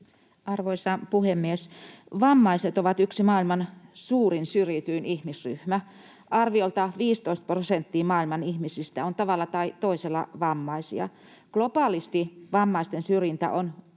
Arvoisa puhemies! Vammaiset ovat yksi maailman suurimmista syrjityistä ihmisryhmistä. Arviolta 15 prosenttia maailman ihmisistä on tavalla tai toisella vammaisia. Globaalisti vammaisten syrjintä on vakava